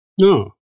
No